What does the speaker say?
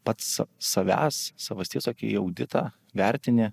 pats sa savęs savasties tokį auditą vertini